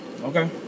okay